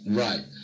right